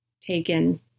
taken